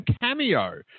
cameo